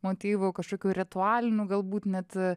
motyvų kažkokių ritualinių galbūt net